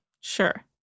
Sure